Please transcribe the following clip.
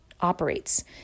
operates